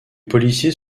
policiers